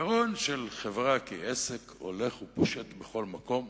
העיקרון של חברה כעסק הולך ופושט בכל מקום.